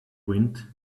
wind